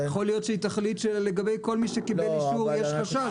יכול להיות שהיא תחליט שלגבי כל מי שקיבל אישור יש חשש.